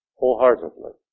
wholeheartedly